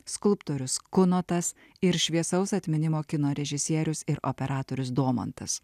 skulptorius kunotas ir šviesaus atminimo kino režisierius ir operatorius domantas